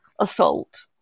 assault